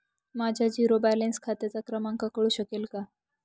माझ्या zero balance खात्याचा क्रमांक कळू शकेल का?